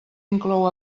inclou